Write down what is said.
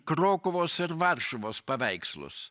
krokuvos ir varšuvos paveikslus